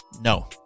No